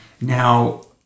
Now